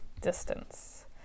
distance